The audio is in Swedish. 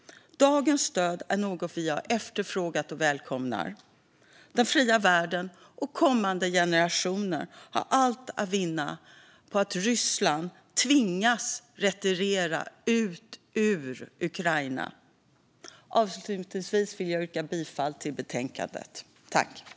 Dagens stöd är något vi har efterfrågat och välkomnar. Den fria världen och kommande generationer har allt att vinna på att Ryssland tvingas retirera ut ur Ukraina. Avslutningsvis vill jag yrka bifall till utskottets förslag i betänkandet.